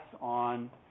on